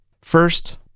First